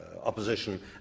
opposition